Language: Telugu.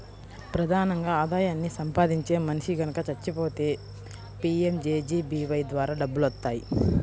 ప్రధానంగా ఆదాయాన్ని సంపాదించే మనిషి గనక చచ్చిపోతే పీయంజేజేబీవై ద్వారా డబ్బులొత్తాయి